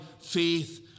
faith